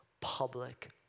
public